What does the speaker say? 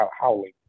howling